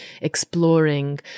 exploring